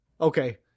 Okay